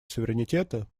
суверенитета